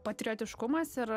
patriotiškumas ir